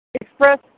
express